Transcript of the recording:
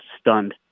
stunned